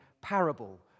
parable